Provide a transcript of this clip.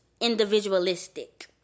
individualistic